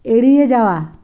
এড়িয়ে যাওয়া